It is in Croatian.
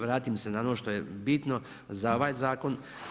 Vratim se na ono što je bitno za ovaj zakon.